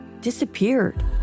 disappeared